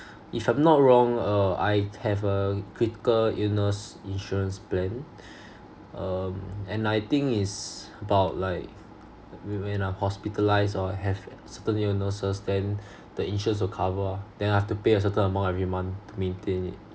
if I'm not wrong uh I have a critical illness insurance plan um and I think is about like we when I'm hospitalised or have certain illnesses then the insurance will cover lor then I have to pay a certain amount every month to maintain it